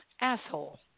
asshole